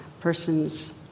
person's